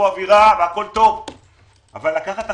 אבל לקחת החלטות.